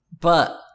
But-